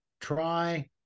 try